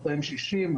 260,